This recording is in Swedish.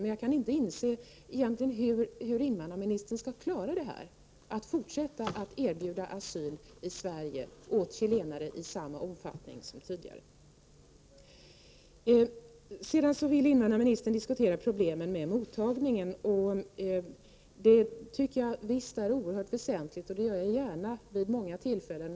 Men jag kan inte inse hur invandrarministern skall klara att fortsätta att erbjuda asyl i Sverige åt chilenare i samma omfattning som tidigare. Invandrarministern vill diskutera problemen med mottagningen av flyktingar. Jag tycker att det är oerhört väsentligt, och jag diskuterar detta gärna.